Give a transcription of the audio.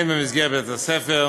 הן במסגרת בית-הספר